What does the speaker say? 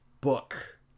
book